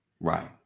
Right